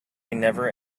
never